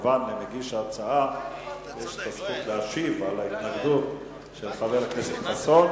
למגיש ההצעה יש כמובן זכות להשיב על ההתנגדות של חבר הנכסת חסון,